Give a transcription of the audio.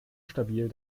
stabil